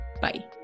Bye